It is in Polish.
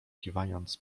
kiwając